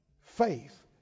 Faith